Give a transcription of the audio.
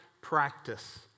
practice